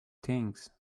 things